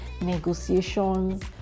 Negotiations